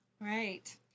Right